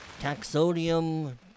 Taxodium